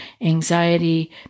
anxiety